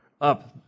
Up